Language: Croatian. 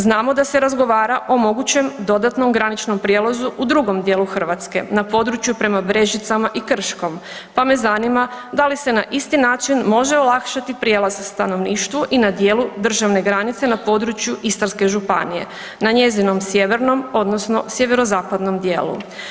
Znamo da se razgovara o mogućem dodatnom graničnom prijelazu u drugom djelu Hrvatske, na području prema Brežicama i Krškom pa me zanima da li se na isti način može olakšati prijelaz stanovništvu i na djelu državne granice na području Istarske županije, na njezinom sjevernom odnosno sjevero-zapadnom djelu.